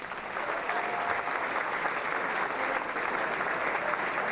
for